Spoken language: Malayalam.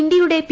ഇന്ത്യയുടെ പി